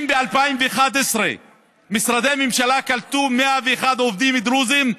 אם ב-2011 משרדי ממשלה קלטו 101 עובדים דרוזים,